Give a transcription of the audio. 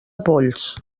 polls